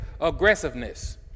aggressiveness